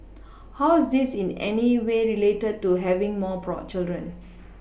how's this in any way related to having more children